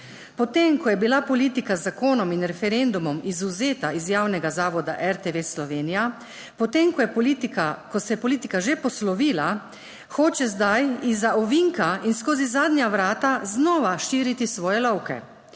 Po tem, ko je bila politika z zakonom in referendumom izvzeta iz javnega zavoda RTV Slovenija, po tem, ko se je politika že poslovila, hoče zdaj izza ovinka in skozi zadnja vrata znova širiti svoje lovke.